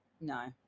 No